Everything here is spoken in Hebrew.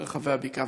ברחבי הבקעה.